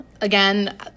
again